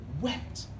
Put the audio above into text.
wept